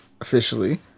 officially